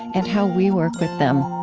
and how we work with them